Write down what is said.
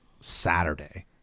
Saturday